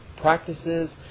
Practices